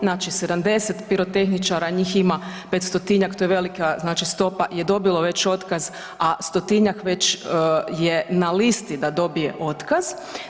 Znači 70 pirotehničara, njih ima 500-tinjak to je velika znači stopa je dobilo već otkaz, a stotinjak već je na listi da dobije otkaz.